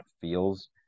feels